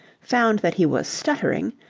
found that he was stuttering,